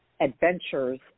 Adventures